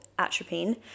atropine